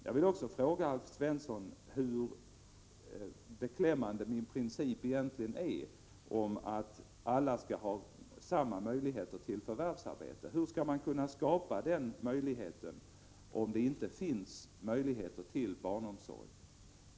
Jag vill också fråga Alf Svensson hur beklämmande min princip egentligen är om att alla skall ha samma möjligheter till förvärvsarbete. Hur skall man kunna skapa möjlighet till detta om det inte finns möjlighet till barnomsorg?